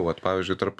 vat pavyzdžiui tarp